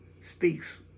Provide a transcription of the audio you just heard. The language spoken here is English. speaks